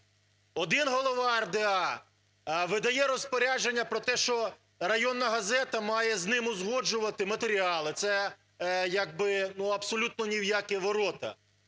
один голова РДА видає розпорядження про те, що районна газета має з ним узгоджувати матеріали, це якби, ну, абсолютно ні в які ворота,